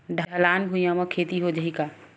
ढलान भुइयां म खेती हो जाही का?